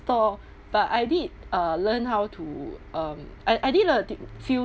but I did uh learn how to um I I did the did few